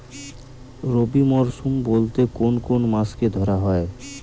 রবি মরশুম বলতে কোন কোন মাসকে ধরা হয়?